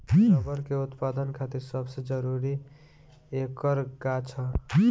rubber के उत्पदान खातिर सबसे जरूरी ऐकर गाछ ह